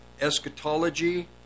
eschatology